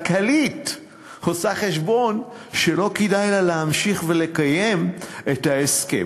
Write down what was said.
עושה חשבון כלכלי שלא כדאי לה להמשיך ולקיים את ההסכם.